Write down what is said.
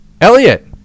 Elliot